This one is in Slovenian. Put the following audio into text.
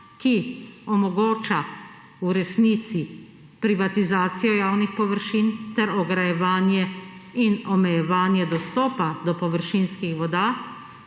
ki omogoča v resnici privatizacijo javnih površin ter ograjevanje in omejevanje dostopa do površinskih voda,